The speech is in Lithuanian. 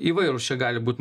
įvairūs čia gali būt